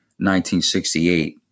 1968